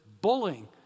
bullying